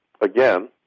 again